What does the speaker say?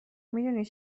میدونی